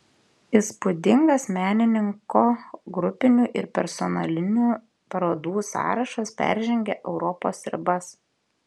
įspūdingas menininko grupinių ir personalinių parodų sąrašas peržengia europos ribas